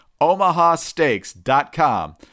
omahasteaks.com